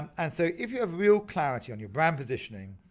and so if you have real clarity on your brand positioning,